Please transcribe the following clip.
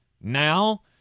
Now